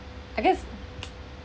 I guess